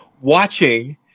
watching